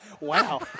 Wow